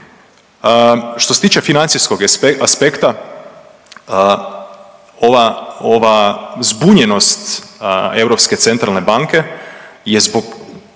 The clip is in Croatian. Što se tiče financijskog aspekta ova zbunjenost Europske